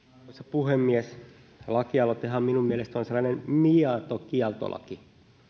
puhemies lakialoitehan minun mielestäni on sellainen mieto kieltolaki